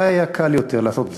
מתי היה קל יותר לעשות זאת,